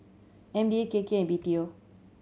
M D A K K and B T O